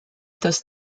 das